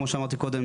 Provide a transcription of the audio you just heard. כמוש אמרתי קודם,